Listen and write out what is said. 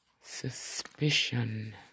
suspicion